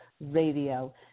Radio